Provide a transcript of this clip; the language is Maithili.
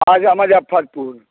अच्छा मजफ्फरपुर